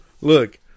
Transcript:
look